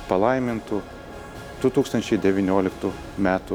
palaimintų du tūkstančiai devynioliktų metų